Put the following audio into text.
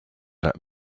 that